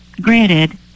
granted